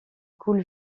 coule